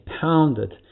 pounded